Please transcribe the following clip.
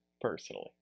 personally